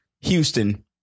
Houston